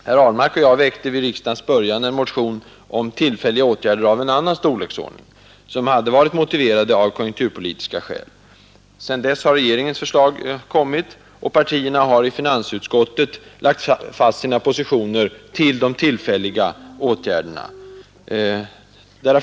Herr Ahlmark och jag väckte vid riksdagens början en motion om tillfälliga åtgärder av en annan storleksordning, som hade varit motiverade av konjunkturpolitiska skäl. Sedan dess har regeringens förslag kommit, och partierna har i finansutskottet lagt fast sina positioner i fråga om de tillfälliga åtgärderna.